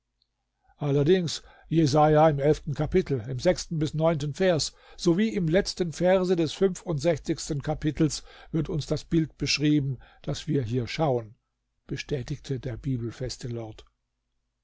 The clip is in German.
allerdings jesaja im elften kapitel im sechsten bis neunten vers sowie im letzten verse des fünfundsechzigsten kapitels wird uns das bild beschrieben das wir hier schauen bestätigte der bibelfeste lord